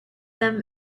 them